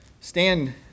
stand